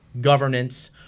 governance